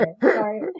sorry